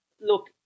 Look